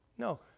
No